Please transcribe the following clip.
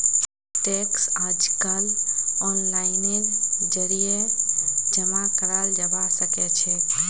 tax अइजकाल ओनलाइनेर जरिए जमा कराल जबा सखछेक